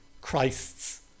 Christ's